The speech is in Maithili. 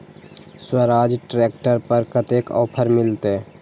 स्वराज ट्रैक्टर पर कतेक ऑफर मिलते?